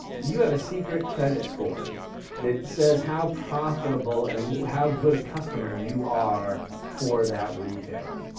you have a secret credit score that says how profitable and how good a customer you are for that retailer.